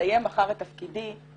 אסיים מחר את תפקידי,